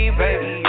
baby